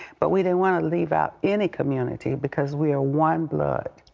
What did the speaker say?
but we don't want to leave out any community because we are one blood,